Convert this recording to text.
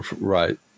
Right